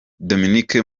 dominique